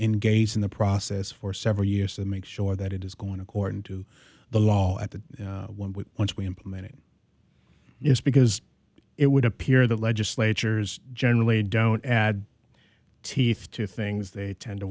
engaged in the process for several years to make sure that it is going according to the law at the one with which we implement it is because it would appear that legislatures generally don't add teeth to things they tend to